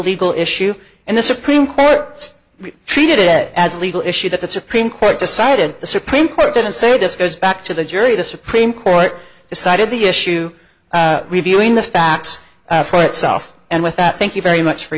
legal issue and the supreme court treated it as a legal issue that the supreme court decided the supreme court didn't say this goes back to the jury the supreme court decided the issue reviewing the facts for itself and with that thank you very much for